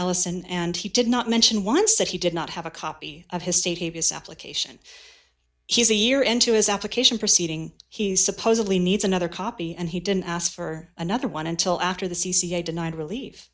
allison and he did not mention once that he did not have a copy of his status application he's a year into his application proceeding he supposedly needs another copy and he didn't ask for another one until after the c c a denied relie